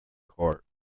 corps